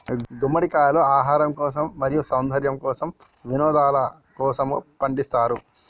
గుమ్మడికాయలు ఆహారం కోసం, మరియు సౌందర్యము కోసం, వినోదలకోసము పండిస్తారు